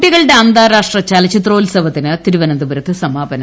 കുട്ടികളുടെ അന്താരാഷ്ട്ര ചലച്ചിത്രോത്സവത്തിന് തിരുവനന്തപുരത്ത് സമാപനം